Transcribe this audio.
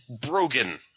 Brogan